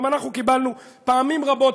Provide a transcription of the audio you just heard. גם אנחנו קיבלנו פעמים רבות,